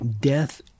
death